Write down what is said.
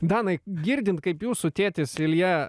danai girdint kaip jūsų tėtis ilja